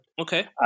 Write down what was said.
Okay